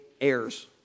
heirs